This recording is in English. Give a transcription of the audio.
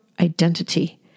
identity